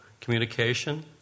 communication